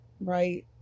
right